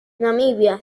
namibia